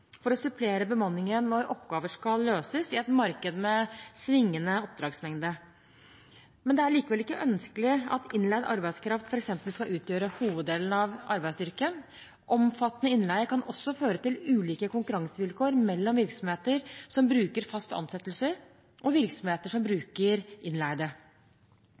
for å supplere bemanningen når oppgaver skal løses i et marked med svingende oppdragsmengde. Det er likevel ikke ønskelig at innleid arbeidskraft f.eks. skal utgjøre hoveddelen av arbeidsstyrken. Omfattende innleie kan også føre til ulike konkurransevilkår mellom virksomheter som bruker fast ansatte, og virksomheter som bruker innleide.